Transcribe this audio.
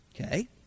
Okay